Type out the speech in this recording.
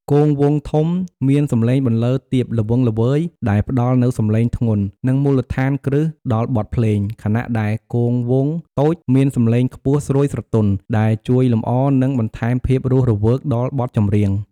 គងវង់ធំ មានសំឡេងបន្លឺ ទាប ល្វឹងល្វើយ ដែលផ្ដល់នូវសម្លេងធ្ងន់ និងមូលដ្ឋានគ្រឹះដល់បទភ្លេង ខណៈដែល គងវង់តូច មានសំឡេង ខ្ពស់ ស្រួយស្រទន់ ដែលជួយលម្អ និងបន្ថែមភាពរស់រវើកដល់បទចម្រៀង។